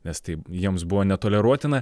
nes tai jiems buvo netoleruotina